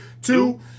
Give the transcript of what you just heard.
two